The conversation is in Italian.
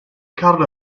carlo